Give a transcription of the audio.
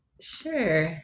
Sure